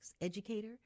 educator